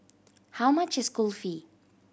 how much is Kulfi